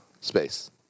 space